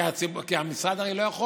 כי המשרד הרי לא יכול,